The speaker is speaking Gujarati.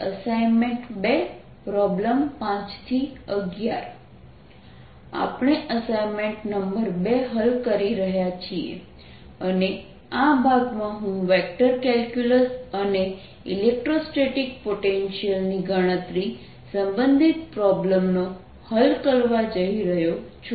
અસાઇનમેન્ટ 2 પ્રોબ્લેમ 5 11 આપણે અસાઇનમેન્ટ નંબર 2 હલ કરી રહ્યાં છીએ અને આ ભાગમાં હું વેક્ટર કેલ્ક્યુલસ અને ઇલેક્ટ્રોસ્ટેટિક પોટેન્શિયલ ની ગણતરી સંબંધિત પ્રોબ્લેમનો હલ કરવા જઇ રહ્યો છું